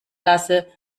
lasse